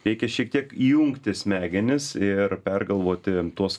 reikia šiek tiek įjungti smegenis ir pergalvoti tuos